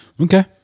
Okay